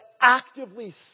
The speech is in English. actively